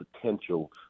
potential